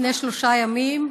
לפני שלושה ימים,